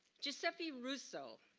giuseppe russo,